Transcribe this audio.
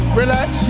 relax